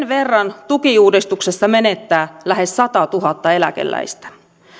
verran tukiuudistuksessa menettää lähes satatuhatta eläkeläistä